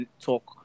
talk